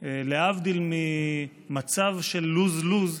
להבדיל ממצב של lose lose,